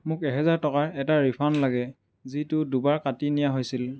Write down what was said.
মোক এহেজাৰ টকাৰ এটা ৰিফাণ্ড লাগে যিটো দুবাৰ কাটি নিয়া হৈছিল